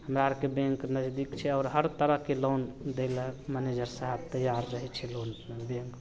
हमरा आओरके बैँक नजदीक छै आओर हर तरहके लोन दै ले मैनेजर साहेब तैआर रहै छै लोन बैँकमे